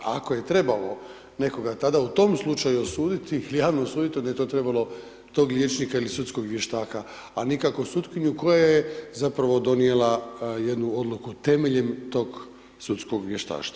A ako je trebalo, nekoga tada, u tom slučaju osuditi javno osuditi, onda je to trebalo tog liječnika ili sudskog vještaka, a nikako sutkinju koja je zapravo donijela jednu odluku, temeljem tog sudskog vještaštva.